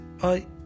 Bye